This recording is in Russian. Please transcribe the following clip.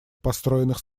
построенных